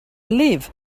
live